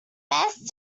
best